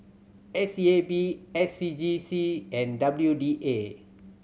S E A B S C G C and W D A